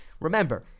remember